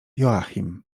joachim